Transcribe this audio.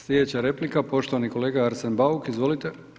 Slijedeća replika, poštovani kolega Arsen Bauk, izvolite.